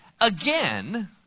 again